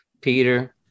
Peter